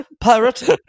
pirate